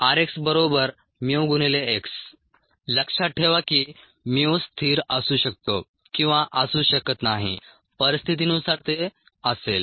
rxμx लक्षात ठेवा की mu स्थिर असू शकतो किंवा असू शकत नाही परिस्थितीनुसार ते असेल